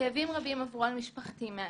כאבים רבים עברו על משפחתי מאז,